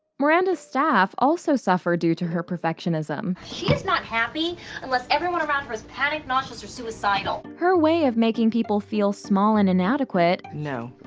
miranda's staff also suffer due to her perfectionism. she is not happy unless everyone around her is panicked, nauseous or suicidal. her way of making people feel small and inadequate no.